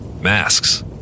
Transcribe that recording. masks